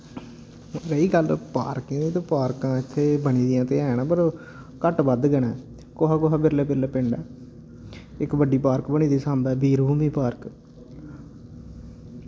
रेही गल्ल पार्कें दी ते पार्कां इत्थै बनी दियां ते हैन पर घट्ट बद्ध गै न कुसै कुसै बिरले बिरले पिंड न इक बड्डी पार्क बनी दी साम्बै बीर भूमि पार्क